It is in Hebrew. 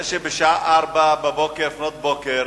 בשעה 04:00, לפנות בוקר,